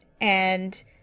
And-